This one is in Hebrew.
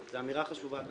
זו אמירה חשובה גם.